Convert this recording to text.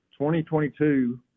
2022